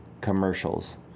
commercials